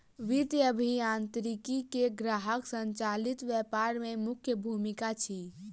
वित्तीय अभियांत्रिकी के ग्राहक संचालित व्यापार में मुख्य भूमिका अछि